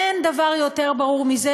אין דבר ברור יותר מזה,